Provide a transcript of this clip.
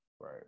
right